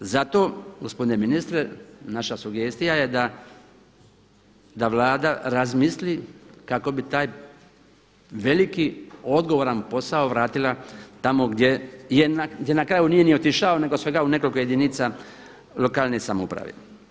Zato gospodine ministre naša sugestija je da Vlada razmisli kako bi taj veliki odgovoran posao vratila tamo gdje, gdje na kraju nije ni otišao nego svega u nekoliko jedinica lokalne samouprave.